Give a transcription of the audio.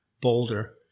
Boulder